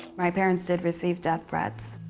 my parents did receive death threats,